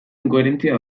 inkoherentzia